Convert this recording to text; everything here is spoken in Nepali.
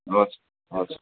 हजुर हजर